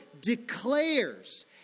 declares